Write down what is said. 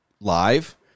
live